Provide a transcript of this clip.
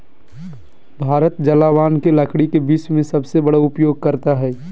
भारत जलावन के लकड़ी के विश्व में सबसे बड़ा उपयोगकर्ता हइ